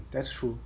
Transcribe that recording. thats true